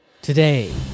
Today